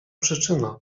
przyczyna